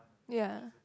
ya